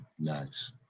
Nice